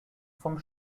vom